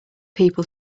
people